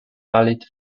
valid